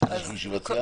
זה שעובד בשביל הממשלה